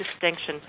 distinction